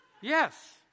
Yes